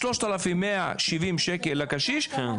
מ-3,170 שקל לקשיש --- לא,